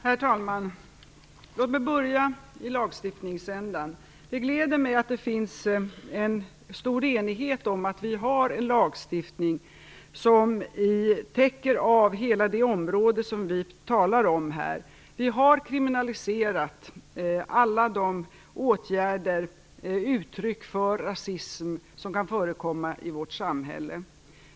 Herr talman! Låt mig börja i lagstiftningsändan. Det gläder mig att det finns en stor enighet om att vi har en lagstiftning som täcker hela det område som vi talar om här. Vi har kriminaliserat alla de uttryck för rasism som kan förekomma i vårt samhälle.